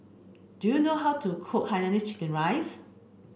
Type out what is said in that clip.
do you know how to cook hainanese chicken rice